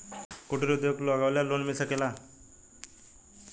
कुटिर उद्योग लगवेला लोन मिल सकेला?